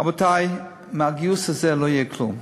רבותי, מהגיוס הזה לא יהיה כלום.